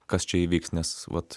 kas čia įvyks nes vat